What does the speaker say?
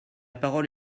parole